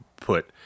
put